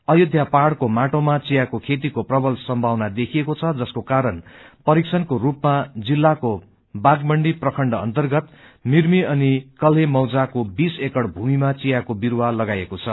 अयोध्या पहाड़को माटोमा चियाको खेतीको प्रबल सम्भावना देखिएको छ जसको कारण परिक्षणको स्रपमा जिल्लाको बाघमण्डी प्रखण्ड अन्वगत मिरमी अनि कल्हे मौजाको बीस एकड़ भूमिमा चियाको विरूवा लगाइएको छ